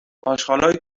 آشغالای